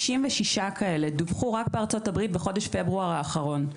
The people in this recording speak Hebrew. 66 כאלה דווחו רק בארצות הברית בחודש פברואר האחרון.